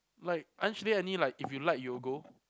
like aren't they any like if you like you will go